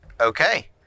Okay